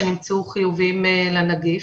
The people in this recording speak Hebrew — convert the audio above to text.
שנמצאו חיוביים לנגיף.